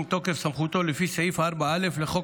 ומתוקף סמכותו לפי סעיף 4(א) לחוק